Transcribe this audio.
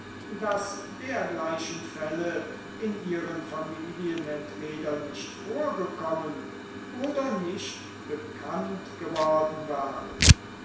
daß dergleichen fälle in ihren familien entweder nicht vorgekommen oder nicht bekannt geworden waren